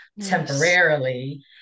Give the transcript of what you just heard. temporarily